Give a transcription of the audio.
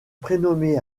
prénommé